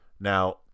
Now